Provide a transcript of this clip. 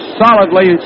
solidly